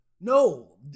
No